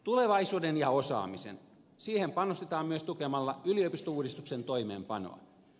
tulevaisuuteen ja osaamiseen panostetaan myös tukemalla yliopistouudistuksen toimeenpanoa